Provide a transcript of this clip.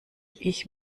ich